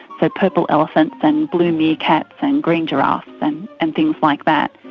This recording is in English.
but purple elephants and blue meerkats and green giraffes and and things like that.